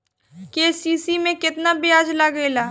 KCC में केतना ब्याज लगेला?